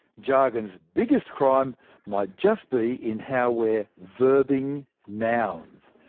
jargon's biggest crime might just be in how we're verbing nouns.